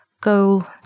go